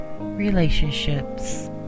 relationships